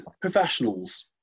professionals